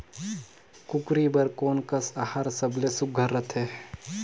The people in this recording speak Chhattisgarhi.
कूकरी बर कोन कस आहार सबले सुघ्घर रथे?